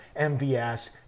MVS